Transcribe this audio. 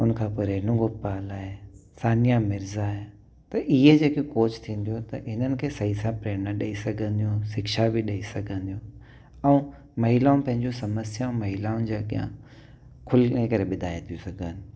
हुन खां पोइ रेनू गोपाल आहे सानिया मिर्ज़ा आहे त इहे जेके कोच थींदियूं त हिननि खे सही सां प्रेरणा ॾई सघंदियूं शिक्षा बि ॾई सघंदियूं ऐं महिलाऊं पंहिंजी समस्याऊं महिलाउनि जे अॻियां खुली करे ॿुधाए थियूं सघनि